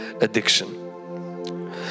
addiction